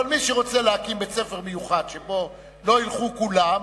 אבל מי שרוצה להקים בית-ספר מיוחד שאליו לא ילכו כולם,